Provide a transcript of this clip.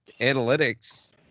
analytics